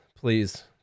Please